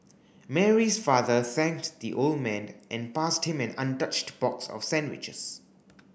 Mary's father thanked the old man and passed him an untouched box of sandwiches